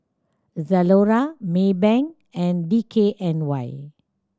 Zalora Maybank and D K N Y